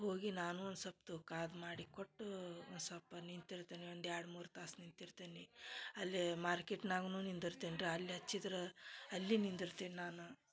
ಹೋಗಿ ನಾನು ಒನ್ಸೊಲ್ಪ ತೂಕ ಅದ ಮಾಡಿಕೊಟ್ಟು ಒನ್ಸೊಲ್ಪ ನಿಂತಿರ್ತೆನು ಒಂದು ಎರಡು ಮೂರು ತಾಸು ನಿಂತಿರ್ತೇನಿ ಅಲ್ಲಿ ಮಾರ್ಕೆಟ್ನಾಗ್ನು ನಿಂದಿರ್ತೆನ ರೀ ಅಲ್ಲಿ ಹಚ್ಚಿದ್ರ ಅಲ್ಲಿ ನಿಂದಿರ್ತೆ ನಾನು